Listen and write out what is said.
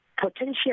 Potential